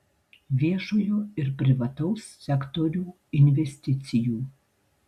viešojo ir privataus sektorių investicijų